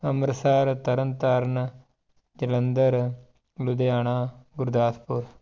Amritsar Tarn Taran Jalandhar Ludhiana Gurdaspur